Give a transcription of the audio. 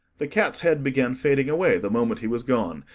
the cat's head began fading away the moment he was gone,